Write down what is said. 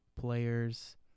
players